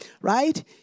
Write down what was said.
right